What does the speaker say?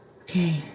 Okay